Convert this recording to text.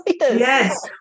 Yes